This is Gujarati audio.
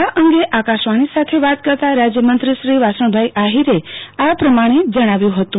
આ અંગે આકાશવાણી સાથે વાત કરતા રાજ્યમંત્રીશ્રી વાસણભાઈ આહિરે આ પ્રમાણે જણાવ્યું હતું